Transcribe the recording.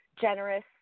generous